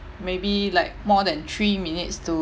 maybe like more than three minutes